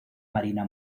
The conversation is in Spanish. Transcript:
marina